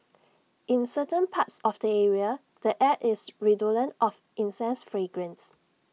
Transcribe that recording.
in certain parts of the area the air is redolent of incense fragrance